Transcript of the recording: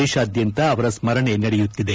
ದೇಶಾದ್ಯಂತ ಅವರ ಸ್ಗರಣೆ ನಡೆಯುತ್ತಿದೆ